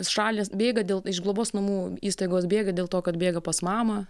šalys bėga dėl iš globos namų įstaigos bėga dėl to kad bėga pas mamą